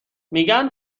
میگن